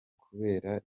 kubera